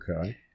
Okay